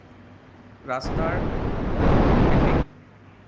ৰাস্তাৰ ট্ৰেফিক